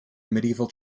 medieval